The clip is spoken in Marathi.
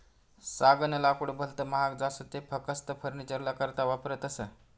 सागनं लाकूड भलत महाग जास ते फकस्त फर्निचरना करता वापरतस